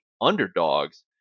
underdogs